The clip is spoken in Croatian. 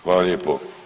Hvala lijepo.